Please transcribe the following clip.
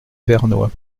vernois